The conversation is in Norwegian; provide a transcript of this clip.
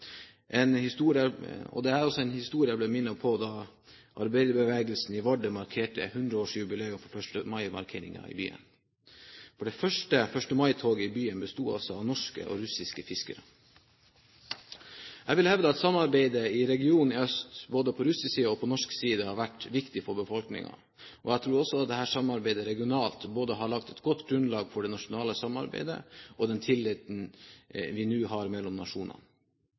Det er en historie jeg ble minnet på da arbeiderbevegelsen i Vardø markerte 100-årsjubileum for 1. mai-markeringer i byen, for det første 1. mai-toget i byen besto av norske og russiske fiskere. Jeg vil hevde at samarbeidet i regionen i øst, både på russisk og norsk side, har vært viktig for befolkningen. Jeg tror også at dette samarbeidet regionalt har lagt et godt grunnlag for det nasjonale samarbeidet og den tilliten vi nå har mellom nasjonene.